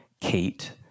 Kate